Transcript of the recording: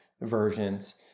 versions